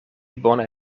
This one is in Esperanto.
bone